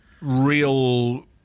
real